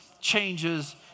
changes